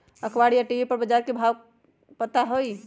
अखबार या टी.वी पर बजार के भाव पता होई?